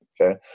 Okay